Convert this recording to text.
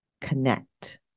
connect